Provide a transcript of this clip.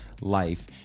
life